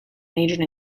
majored